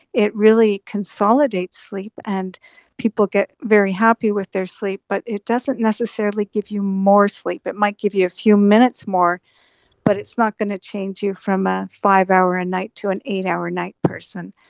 it really consolidates sleep and people get very happy with their sleep but it doesn't necessarily give you more sleep. it might give you a few minutes more but it's not going to change you from a five hour a night to an eight hour a night person.